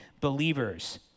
believers